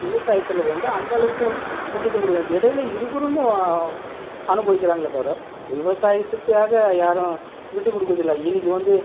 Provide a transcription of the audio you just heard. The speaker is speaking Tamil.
விவசாயத்தில் வந்து அந்தளவுக்கு முக்கியத்துவம் கொடுக்குறாங்க இடையில் இருக்கிறவங்க அனுபவிக்கிறாங்களே தவிர விவசாயத்துக்காக யாரும் விட்டு கொடுக்குறதில்ல இன்றைக்கி வந்து